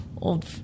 old